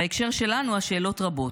בהקשר שלנו השאלות רבות: